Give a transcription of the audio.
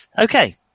Okay